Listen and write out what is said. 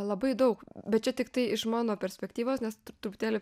labai daug bet čia tiktai iš mano perspektyvos nes truputėlį